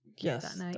Yes